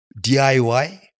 DIY